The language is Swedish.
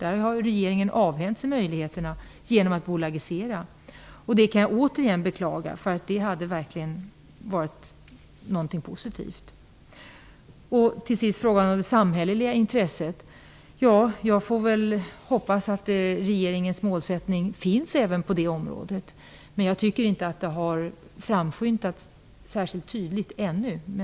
Problemet är att regeringen har avhänt sig den möjligheten genom att bolagisera. Jag beklagar det återigen. Det hade verkligen varit något positivt. Låt mig till sist gå över till frågan om det samhälleliga intresset. Jag får väl hoppas att regeringen har en målsättning även på det området. Jag tycker inte att den har framskymtat särskilt tydligt ännu.